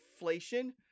inflation